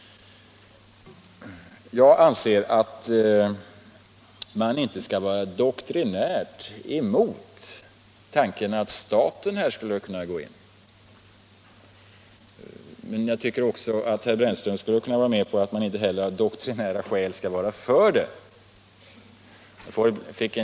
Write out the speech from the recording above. Jag anser att man inte skall vara doktrinärt emot tanken att staten här skulle kunna gå in, men jag tycker också att herr Brännström skulle kunna gå med på att man inte heller av doktrinära skäl skall vara för detta.